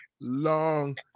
long